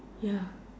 ya